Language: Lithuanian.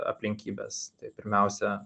aplinkybes tai pirmiausia